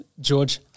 George